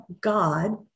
God